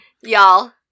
y'all